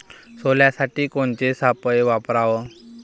सोल्यासाठी कोनचे सापळे वापराव?